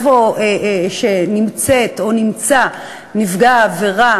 במקום שנמצאת או נמצא נפגע העבירה,